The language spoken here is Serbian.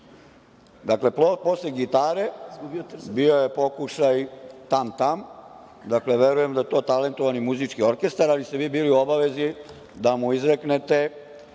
Dakle, posle gitare bio je pokušaj „tam tam“. Verujem da je to talentovani muzički orkestar, ali ste vi bili u obavezi da mu izreknete,